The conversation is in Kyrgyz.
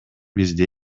бизде